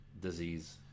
disease